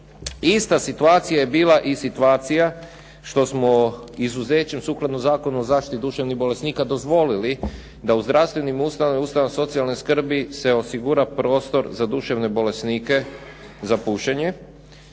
Ista situacija je bila i situacija što smo izuzećem sukladno Zakonu o zaštiti duševnih bolesnika dozvolili da u zdravstvenim ustanovama i ustanovama socijalne skrbi se osigura prostor za duševne bolesnike za pušenje,